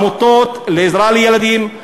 מעמותות לעזרה לילדים?